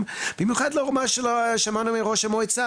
וזאת במיוחד לאור מה ששמענו מראש המועצה,